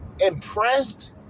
Impressed